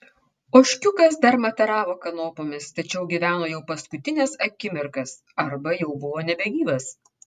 ožkiukas dar mataravo kanopomis tačiau gyveno jau paskutines akimirkas arba jau buvo nebegyvas